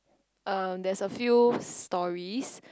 um there's a few stories